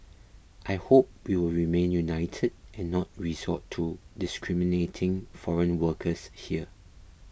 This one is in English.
I hope we will remain united and not resort to discriminating foreign workers here